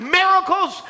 miracles